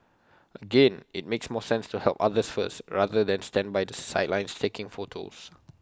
again IT makes more sense to help others first rather than stand by the sidelines taking photos